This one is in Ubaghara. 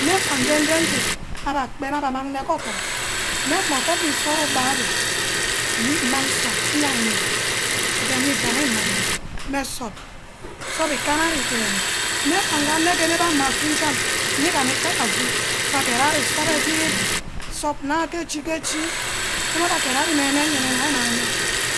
Nne bang geh mdey nje abba kpene, abee amang ne ke odum, nne meh odun isara ugba mmang nsup nyai meh good, ouen idiaghi mmang meh nsup, sup ikanna ari deneh, nne gbage enegene ameh afor njam, Nne gami ke abbe afu abbe ageed ari nsup euid, sup ma ge echi-ge-chi ge wor abbe ageed ari meh-meh, nga ari mang meh,